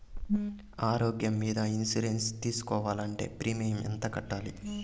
ఆరోగ్యం మీద ఇన్సూరెన్సు సేసుకోవాలంటే ప్రీమియం ఎంత కట్టాలి?